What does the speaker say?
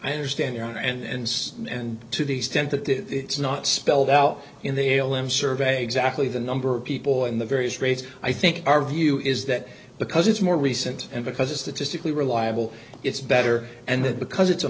i understand there and and to the extent that it's not spelled out in the mail and survey exactly the number of people in the various rates i think our view is that because it's more recent and because it statistically reliable it's better and that because it's a